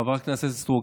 חברת הכנסת סטרוק,